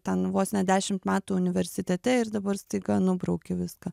ten vos ne dešimt metų universitete ir dabar staiga nubrauki viską